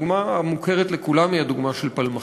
הדוגמה המוכרת לכולם היא הדוגמה של פלמחים.